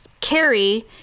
Carrie